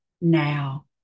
now